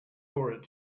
for